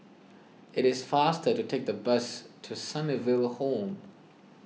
it is faster to take the bus to Sunnyville Home